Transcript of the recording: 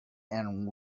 and